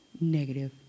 negative